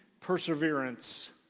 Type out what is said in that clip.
perseverance